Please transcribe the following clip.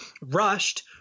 rushed –